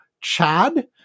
Chad